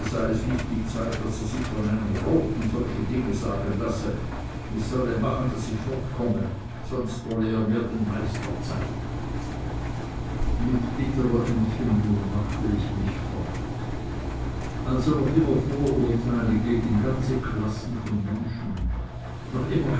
es nicht die zeit daß er sich von einem roten solche dinge sagen lasse ich solle machen daß ich fortkomme sonst wolle er mir den meister zeigen mit bitterer empfindung machte ich mich fort also noch immer vorurteile gegen ganze klassen von menschen noch immer